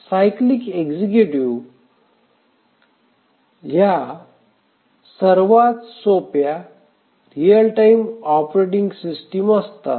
cyclic executive ह्या सर्वात सोप्या रियल टाइम ऑपरेटिंग सिस्टिम असतात